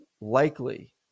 likely